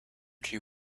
two